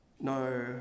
No